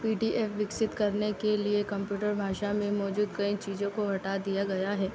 P D F विकसित करने के लिए कंप्यूटर भाषाओं में मौजूद कई चीज़ों को हटा दिया गया है